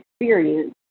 experience